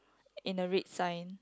in a red sign